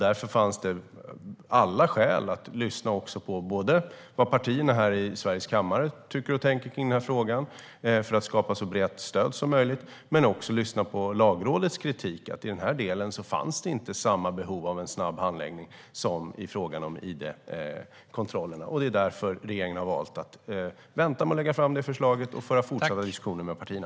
Därför fanns det alla skäl att lyssna på vad partierna här i Sveriges riksdag tycker och tänker om den här frågan för att skapa så brett stöd som möjligt men också att lyssna på Lagrådets kritik - att det i den här delen inte fanns samma behov av snabb handläggning som i frågan om id-kontroller. Det är därför regeringen har valt att vänta med att lägga fram det förslaget och föra fortsatta diskussioner med partierna.